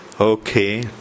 Okay